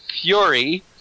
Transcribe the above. Fury